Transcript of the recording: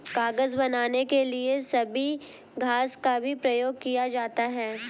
कागज बनाने के लिए सबई घास का भी प्रयोग किया जाता है